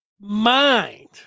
mind